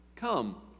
Come